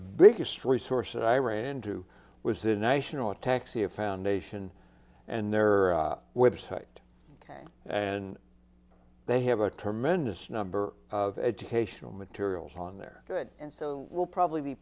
biggest resource that i ran to was the national taxi a foundation and there are web site and they have a tremendous number of educational materials on their good and so we'll probably be